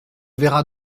verra